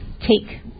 take